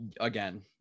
Again